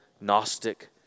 Gnostic